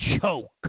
choke